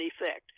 effect